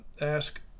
ask